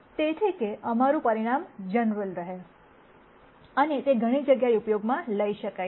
તેથી કે અમારું પરિણામ જનરલ રહે અને તે ઘણી જગ્યાએ ઉપયોગમાં લઈ શકાય છે